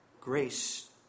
grace